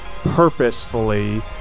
purposefully